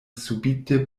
subite